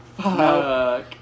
Fuck